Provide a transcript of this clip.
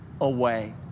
away